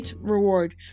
reward